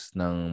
ng